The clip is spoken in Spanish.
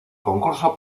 concurso